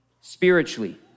Spiritually